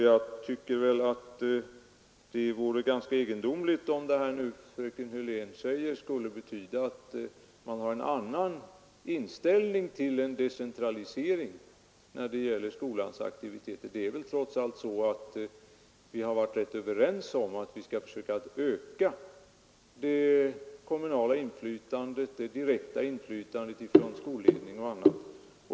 Jag tycker det vore ganska egendomligt, om det fröken Hörlén nu säger skulle betyda att man har en annan inställning till en decentralisering när det gäller skolans aktiviteter, eftersom vi trots allt varit rätt överens om att vi bör försöka öka det kommunala inflytandet och det direkta inflytandet från skolledning och andra.